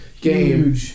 Game